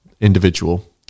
individual